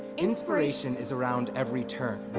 inspiration is around every turn.